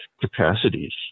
capacities